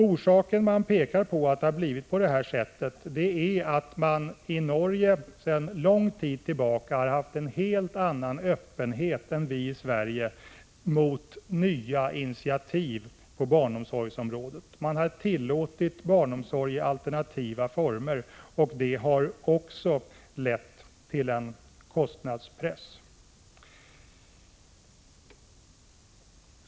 Orsaken till den jämförelsevis låga kostnaden för barnomsorgen i Norge är, enligt min uppfattning, att man där sedan lång tid tillbaka har haft en helt annan öppenhet än vi har i Sverige mot nya initiativ på barnomsorgsområdet. Man har tillåtit barnomsorg i alternativa former, och detta har lett till en kostnadspress.